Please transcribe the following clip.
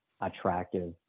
attractive